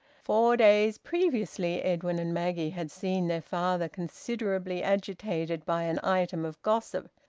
four days previously edwin and maggie had seen their father considerably agitated by an item of gossip,